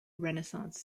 renaissance